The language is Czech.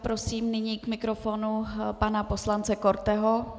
Prosím nyní k mikrofonu pana poslance Korteho.